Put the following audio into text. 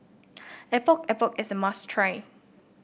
Epok Epok is a must try